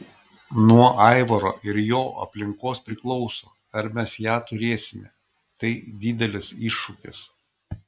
nuo aivaro ir jo aplinkos priklauso ar mes ją turėsime tai didelis iššūkis